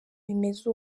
bimeze